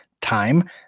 time